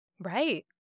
Right